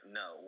no